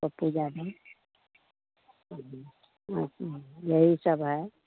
पप्पू जादब तब भी राज कुमार यही सब है